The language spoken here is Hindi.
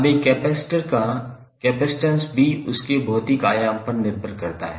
अब एक कैपेसिटर का कपसिटंस भी उसके भौतिक आयाम पर निर्भर करता है